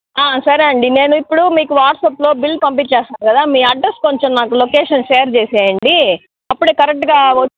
సరే అండి నేను ఇప్పుడు మీకు వాట్సాప్లో బిల్ పంపించేస్తాను కదా మీ అడ్రస్ కొంచెం నాకు లొకేషన్ షేర్ చేసేయండి అప్పుడే కరెక్ట్గా వచ్చి